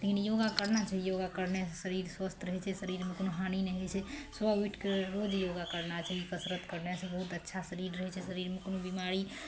लेकिन योगा करना चाही योगा करने से शरीर स्वस्थ रहैत छै शरीरमे कोनो हानि नहि होइ छै सुबह उठि कऽ रोज योगा करना चाही कसरत करने से बहुत अच्छा शरीर रहै छै शरीरमे कोनो बिमारी